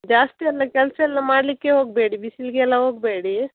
ಜಾಸ್ತಿ ಎಲ್ಲ ಕೆಲಸ ಎಲ್ಲ ಮಾಡಲಿಕ್ಕೆ ಹೋಗಬೇಡಿ ಬಿಸ್ಲಿಲಿಗೆ ಎಲ್ಲ ಹೋಗಬೇಡಿ